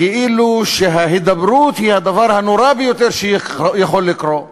כאילו ההידברות היא הדבר הנורא ביותר שיכול לקרות בישראל.